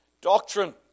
doctrine